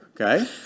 okay